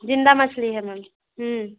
ज़िंदा मछली है मैम